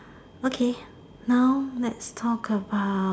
okay now let's talk about